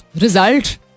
result